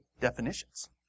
definitions